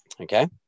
Okay